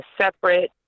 separate